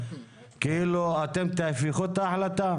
כאילו אתם תהפכו את ההחלטה?